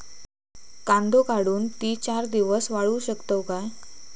कांदो काढुन ती चार दिवस वाळऊ शकतव काय?